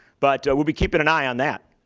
but we'll be keeping an eye on that.